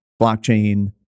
blockchain